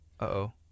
Uh-oh